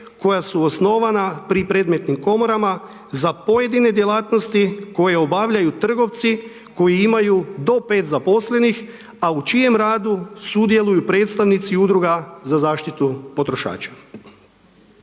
koja su osnovana pri predmetnim komorama, za pojedine djelatnosti, koje obavljaju trgovci, koji imaju do 5 zaposlenih, a u čijem radu sudjeluju predstavnici udruga za zaštitu potrošača.